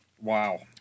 Wow